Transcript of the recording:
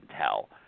tell